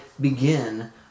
begin